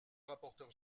rapporteur